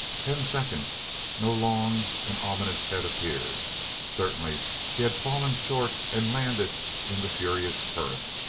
ten seconds no long and ominous head appeared certainly he had fallen short and landed in the furious current.